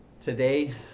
today